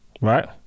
right